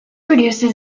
reduces